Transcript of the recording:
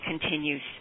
continues